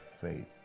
faith